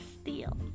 steal